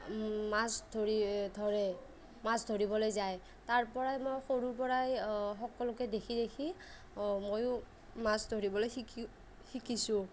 মাছ ধৰি ধৰে মাছ ধৰিবলৈ যায় তাৰ পৰাই মই সৰুৰ পৰাই সকলোকে দেখি দেখি ময়ো মাছ ধৰিবলৈ শিকি শিকিছোঁ